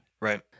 Right